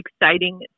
exciting